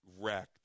wrecked